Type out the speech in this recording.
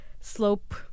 slope